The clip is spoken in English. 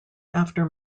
after